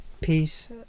peace